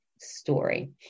story